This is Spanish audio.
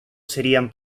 serían